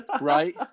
right